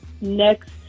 Next